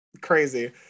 Crazy